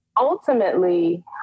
Ultimately